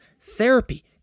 Therapy